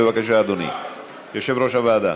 בבקשה, אדוני יושב-ראש הוועדה.